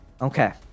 Okay